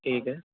ٹھیک ہے